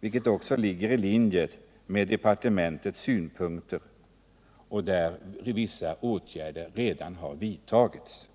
något som också ligger i linje med departementets synpunkter. Vissa åtgärder har där också redan vidtagits.